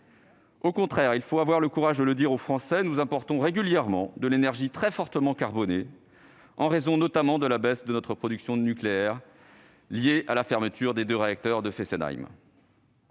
Au contraire, et il faut avoir le courage de le dire aux Français, nous importons régulièrement de l'énergie très fortement carbonée, en raison notamment de la baisse de notre production d'origine nucléaire, liée à la fermeture des deux réacteurs de Fessenheim.